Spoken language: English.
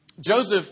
Joseph